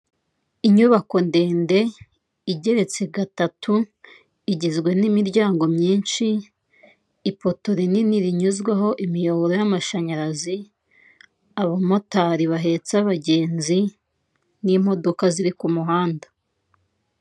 Inyubako ndende igeretse gatatu, igizwe n'imiryango myinshi, ipoto rinini rinyuzwaho imiyoboro y'amashanyarazi ,abamotari bahetse abagenzi n'imodoka ziri k'umuhanda.